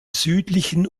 südlichen